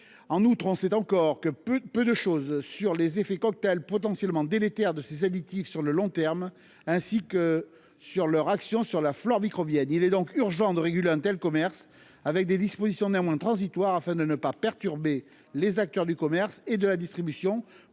En outre, on ne sait encore que peu de choses des effets cocktail potentiellement délétères de ces additifs sur le long terme, ainsi que de leur action sur la flore microbienne. Il est donc urgent de réguler un tel commerce, mais des dispositions transitoires afin de ne pas perturber les acteurs du commerce et de la distribution,